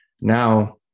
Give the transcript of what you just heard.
now